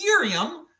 Ethereum